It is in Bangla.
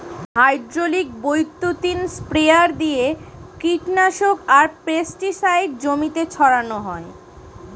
হাইড্রলিক বৈদ্যুতিক স্প্রেয়ার দিয়ে কীটনাশক আর পেস্টিসাইড জমিতে ছড়ান হয়